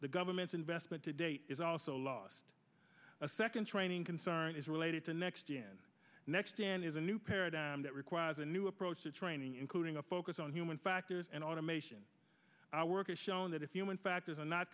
the government's investment to date is also lost a second training concern is related to next year and next band is a new paradigm that requires a new approach to training including a focus on human factors and automation our work is shown that if human factors are not